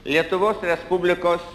lietuvos respublikos